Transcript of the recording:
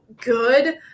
good